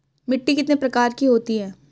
मिट्टी कितने प्रकार की होती हैं?